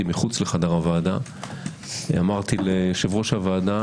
מחוץ לחדר הוועדה אמרתי ליושב-ראש הועדה